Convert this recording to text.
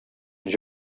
amb